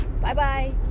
Bye-bye